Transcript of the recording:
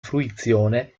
fruizione